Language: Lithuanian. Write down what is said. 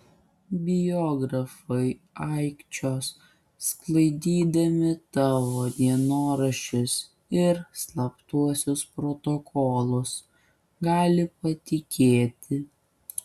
biografai aikčios sklaidydami tavo dienoraščius ir slaptuosius protokolus gali patikėti